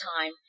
time